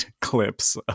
clips